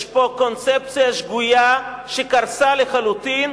יש פה קונספציה שגויה שקרסה לחלוטין,